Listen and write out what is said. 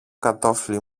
κατώφλι